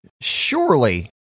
surely